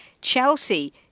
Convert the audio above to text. Chelsea